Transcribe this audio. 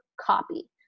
copy